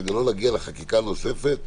כדי לא להגיע לחקיקה נוספת.